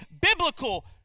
biblical